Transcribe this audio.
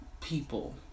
people